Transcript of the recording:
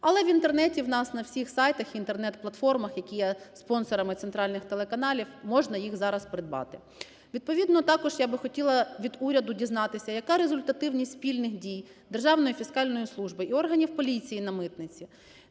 але в Інтернеті у нас на всіх сайтах, Інтернет-платформах, які є спонсорами центральних телеканалів, можна їх зараз придбати. Відповідно також я би хотіла від уряду дізнатися, яка результативність спільних дій Державної фіскальної служби і органів поліції на митниці,